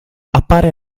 appare